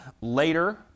later